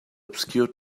obscure